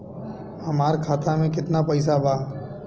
हमार खाता मे केतना पैसा बा?